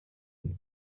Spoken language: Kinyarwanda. ukuri